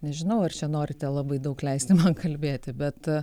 nežinau ar čia norite labai daug leisti man kalbėti bet